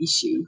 issue